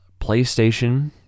PlayStation